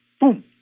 boom